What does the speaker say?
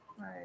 Right